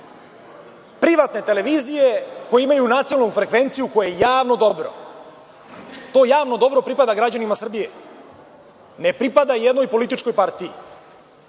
privatne televizije koje imaju nacionalnu frekvenciju, koje je javno dobro. To javno dobro pripada građanima Srbije, ne pripada jednoj političkoj partiji,